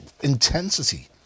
intensity